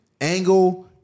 Angle